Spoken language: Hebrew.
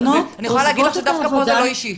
אני יכולה להגיד לך, שדווקא פה זה לא אישי.